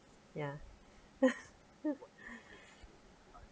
yeah